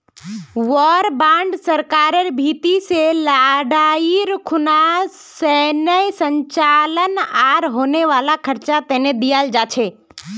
war bond सरकारेर भीति से लडाईर खुना सैनेय संचालन आर होने वाला खर्चा तने दियाल जा छे